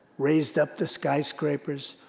raised up the skyscrapers.